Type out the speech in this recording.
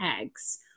eggs